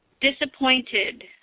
disappointed